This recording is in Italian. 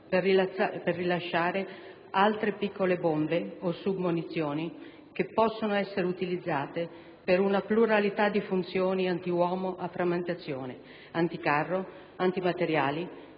per rilasciare altre piccole bombe o submunizioni che possono essere utilizzate per una pluralità di funzioni (antiuomo a frammentazione, anticarro, antimateriali),